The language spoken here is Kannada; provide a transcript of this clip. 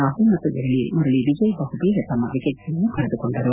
ರಾಹುಲ್ ಮತ್ತು ಮುರಳ ವಿಜಯ್ ಬಹುಬೇಗ ತಮ್ಮ ವಿಕೆಟ್ಗಳನ್ನು ಕಳೆದುಕೊಂಡರು